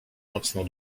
mocno